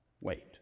wait